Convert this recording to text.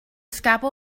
scalpel